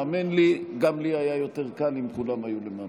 האמן לי, גם לי היה יותר קל אם כולם היו למטה.